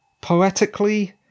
poetically